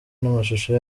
n’amashusho